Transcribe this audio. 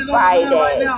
Friday